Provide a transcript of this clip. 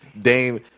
Dame